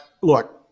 look